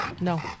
no